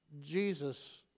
Jesus